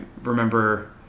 remember